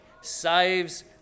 saves